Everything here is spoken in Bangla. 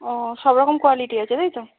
ও সব রকম কোয়ালিটি আছে তাই তো